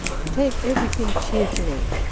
to take everything cheerfully,